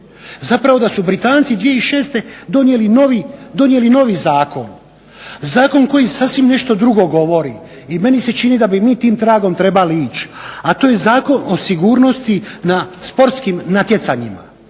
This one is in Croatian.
zapravo da su Britanci 2006. donijeli novi zakon, zakon koji sasvim nešto drugo govori i meni se čini da bi mi tim tragom trebali ići, a to je Zakon o sigurnosti na sportskim natjecanjima.